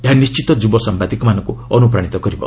ଏହା ନିଶ୍ଚିତ ଯୁବ ସାମ୍ବାଦିକମାନଙ୍କୁ ଅନୁପ୍ରାଣିତ କରିବ